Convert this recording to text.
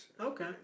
Okay